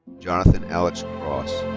jonathon alex kross.